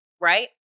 right